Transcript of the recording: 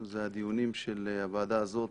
זה הדיונים של הוועדה הזאת,